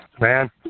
Man